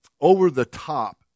over-the-top